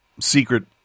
secret